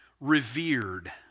revered